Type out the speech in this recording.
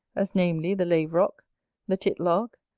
as namely the laverock, the tit-lark,